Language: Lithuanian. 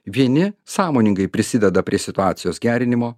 vieni sąmoningai prisideda prie situacijos gerinimo